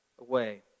away